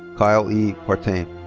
kyle e. partain.